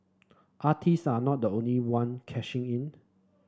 artists are not the only one cashing in